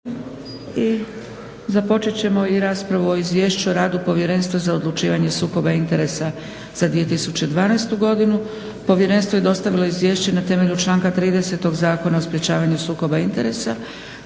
započet ćemo i raspravu o - Izvješće o radu Povjerenstva za odlučivanje o sukobu interesa za 2012. godinu Povjerenstvo je dostavilo izvješće na temelju članka 30. Zakona o sprečavanju sukoba interesa.